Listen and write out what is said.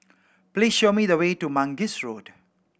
please show me the way to Mangis Road